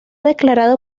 declarado